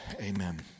amen